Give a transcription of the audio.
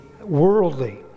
worldly